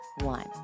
One